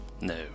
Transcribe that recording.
No